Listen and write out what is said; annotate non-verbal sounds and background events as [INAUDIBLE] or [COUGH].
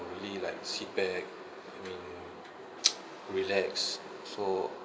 really like sit back I mean [NOISE] relax so